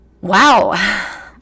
Wow